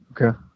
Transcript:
Okay